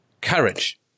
courage